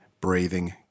breathing